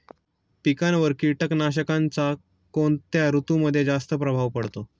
पिकांवर कीटकनाशकांचा कोणत्या ऋतूमध्ये जास्त प्रभाव पडतो?